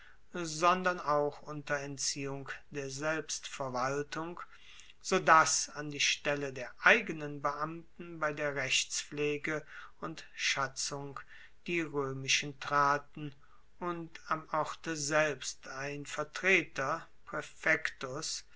sondern auch unter entziehung der selbstverwaltung so dass an die stelle der eigenen beamten bei der rechtspflege und schatzung die roemischen traten und am orte selbst ein vertreter